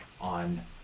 on